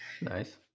Nice